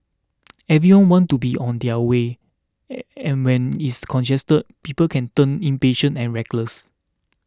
everyone wants to be on their way and and when it's congested people can turn impatient and reckless